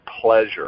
pleasure